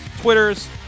Twitters